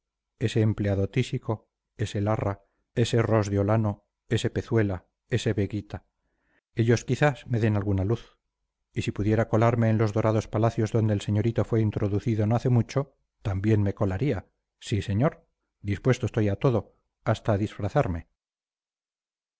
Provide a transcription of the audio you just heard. ese empleado tísico ese larra ese ros de olano ese pezuela ese veguita ellos quizás me den alguna luz y si pudiera colarme en los dorados palacios donde el señorito fue introducido no hace mucho también me colaría sí señor dispuesto estoy a todo hasta a disfrazarme